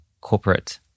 corporate